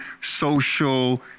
social